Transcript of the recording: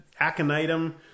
Aconitum